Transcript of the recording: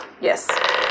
Yes